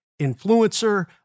influencer